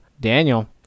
Daniel